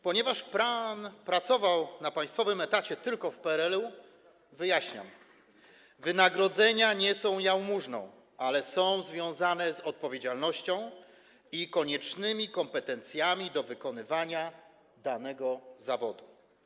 Ponieważ pan pracował na państwowym etacie tylko w PRL-u, wyjaśniam: wynagrodzenia nie są jałmużną, ale są związane z odpowiedzialnością i kompetencjami koniecznymi do wykonywania danego zawodu.